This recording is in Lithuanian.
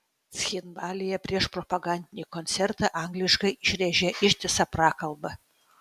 cchinvalyje prieš propagandinį koncertą angliškai išrėžė ištisą prakalbą